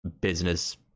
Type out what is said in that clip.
business